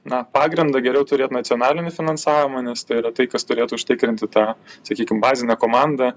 na pagrindą geriau turėt nacionalinį finansavimą nes tai yra tai kas turėtų užtikrinti tą sakykim bazinę komandą